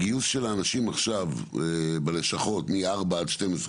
הגיוס של האנשים בלשכות מ-16:00 עד 24:00,